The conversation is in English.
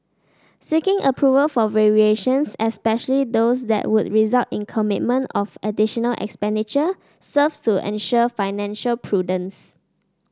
seeking approval for variations especially those that would result in commitment of additional expenditure serves to ensure financial prudence